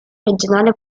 regionale